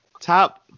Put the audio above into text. Top